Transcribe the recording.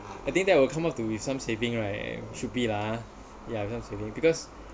I think that will come up to be some saving right and should be lah ya because you know because